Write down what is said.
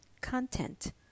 content